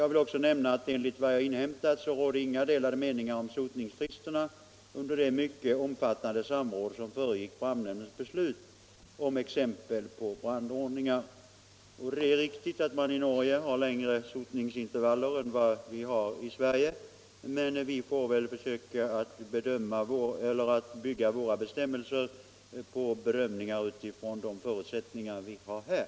Jag vill också nämna att enligt vad jag inhämtat rådde inga delade meningar om sotningsfristerna under det mycket omfattande samråd som föregick brandnämndens beslut om exempel på brandordningar. Det är riktigt att man i Norge har längre sotningsintervaller än vad vi har i Sverige, men vi får väl försöka att bygga våra bestämmelser på bedömningar utifrån de förutsättningar vi har här.